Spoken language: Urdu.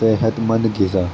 صحتمند غذا